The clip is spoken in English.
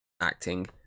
acting